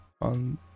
on